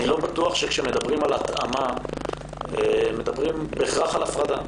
אני לא בטוח שכאשר מדברים על התאמה מדברים בהכרח על הפרדה.